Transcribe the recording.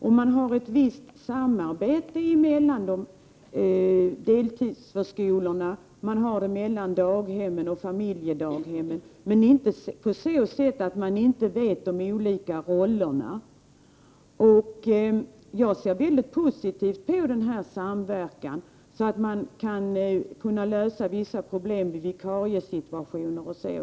Det förekommer visst samarbete mellan deltidsförskolor, daghem och familjedaghem. Det sker dock inte på ett sådant sätt att man inte skulle kunna skilja på de olika rollerna. Jag ser mycket positivt på denna samverkan som gör att man t.ex. kan lösa vissa problem i vikariesituationer.